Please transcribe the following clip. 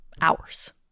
hours